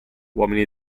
uomini